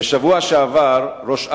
בשבוע שעבר ראש אכ"א,